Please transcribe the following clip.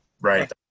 right